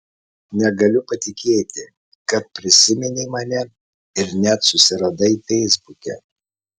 negaliu patikėti kad prisiminei mane ir net susiradai feisbuke